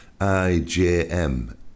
IJM